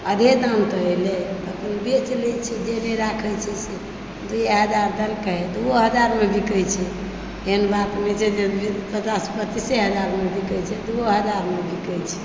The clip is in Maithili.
अधे दाम तऽ एलै तऽअपन बेच लए छै जे नहि राखै छै से दुइये हजार देलकै दुओ हजार मे बिकै छै एहन बात नहि छै जे पचास पचीसे हजार मे बिकै छै दुओ हजार मे बिकै छै